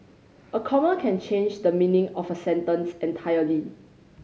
a comma can change the meaning of a sentence entirely